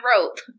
rope